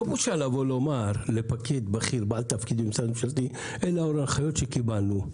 לא בושה לומר לפקיד בכיר בעל תפקיד במשרד ממשלתי: אלה ההנחיות שקיבלנו,